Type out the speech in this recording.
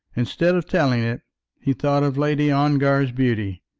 instead of telling it he thought of lady ongar's beauty,